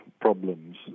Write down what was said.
problems